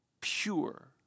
pure